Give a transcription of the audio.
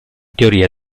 teoria